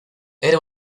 era